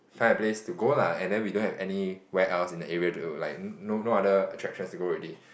find a place to go lah and then we don't have any where else in the area to like no no other attractions to go already